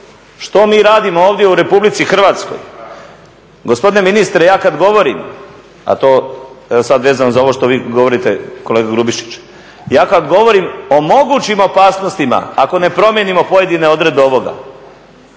što mi radimo ovdje u RH. Gospodine ministre ja kad govorim, a to evo sad vezano za ovo što vi govorite kolega Grubišić, ja kad govorim o mogućim opasnostima ako ne promijenimo pojedine odredbe ovoga